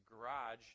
garage